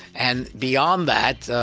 and beyond that,